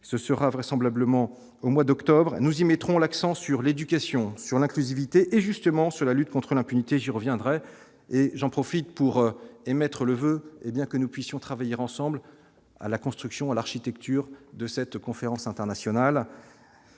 ce sera vraisemblablement au mois d'octobre, et nous y mettrons l'accent sur l'éducation sur l'inclusivité et justement sur la lutte contre l'impunité reviendrai et j'en profite pour émettre le voeu, et bien que nous puissions travailler ensemble à la construction à l'architecture de cette conférence internationale